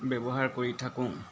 ব্যৱহাৰ কৰি থাকোঁ